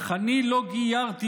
אך אני לא גיירתי,